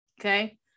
Okay